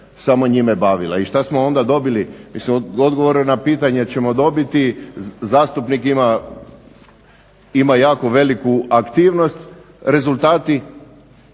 samo njime bavila. I što smo onda dobili? Mislim odgovore na pitanja ćemo dobiti, zastupnik ima jako veliku aktivnost, rezultati